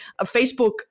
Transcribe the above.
Facebook